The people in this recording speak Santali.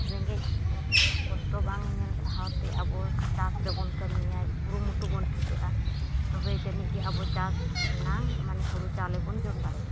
ᱨᱮᱸᱜᱮᱡ ᱠᱚᱥᱴᱚ ᱵᱟᱝ ᱧᱮᱞ ᱥᱟᱦᱟᱣᱛᱮ ᱟᱵᱚ ᱪᱟᱥ ᱨᱮᱵᱚᱱ ᱠᱟᱹᱢᱤᱭᱟ ᱠᱩᱨᱩᱢᱩᱴᱩ ᱵᱚᱱ ᱪᱷᱩᱴᱟᱹᱜᱼᱟ ᱛᱚᱵᱮ ᱡᱟᱹᱱᱤᱡ ᱜᱮ ᱪᱟᱥ ᱨᱮᱱᱟᱜ ᱢᱟᱱᱮ ᱦᱩᱲᱩᱼᱪᱟᱣᱞᱮ ᱵᱚᱱ ᱡᱚᱢ ᱫᱟᱲᱮᱭᱟᱜᱼᱟ